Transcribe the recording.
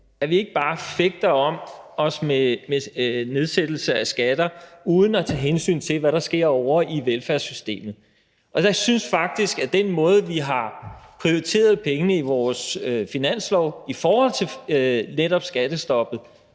at vi ikke bare fægter om os med nedsættelse af skatter uden at tage hensyn til, hvad der sker ovre i velfærdssystemet. Jeg synes faktisk, at den måde, vi har prioriteret pengene i vores finanslov i forhold til netop skattestoppet